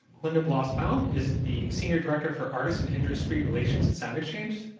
linda bloss-baum is the senior director for artists and industry relations at soundexchange.